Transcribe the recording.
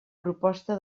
proposta